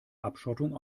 abschottung